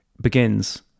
begins